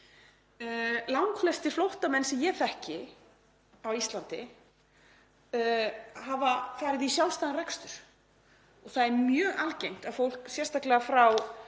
Langflestir flóttamenn sem ég þekki á Íslandi hafa farið í sjálfstæðan rekstur. Það er mjög algengt að fólk, sérstaklega frá